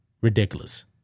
Ridiculous